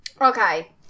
Okay